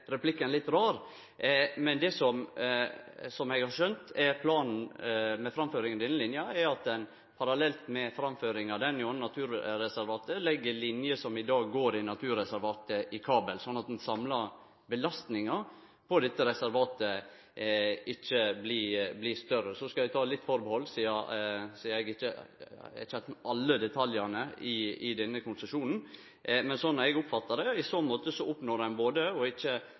replikken litt rar. Men det eg har skjønt er planen med framføringa av denne linja, er at ein parallelt med framføringa av ho gjennom naturreservatet legg linjer som i dag går i naturreservatet, i kabel, sånn at den samla belastninga på dette reservatet ikkje blir større. Eg skal ta litt atterhald, sidan eg ikkje er kjend med alle detaljane i denne konsesjonen, men sånn har eg oppfatta det. I så måte oppnår ein å ikkje